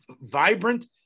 vibrant